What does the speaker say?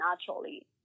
naturally